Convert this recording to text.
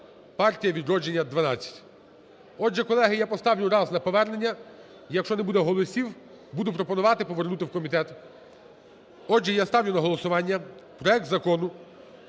"Партія "Відродження" – 12. Отже, колеги, я поставлю раз на повернення. Якщо не буде голосів, буду пропонувати повернути в комітет. Отже, я ставлю на голосування проект закону,